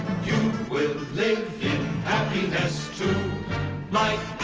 you will live in happiness too like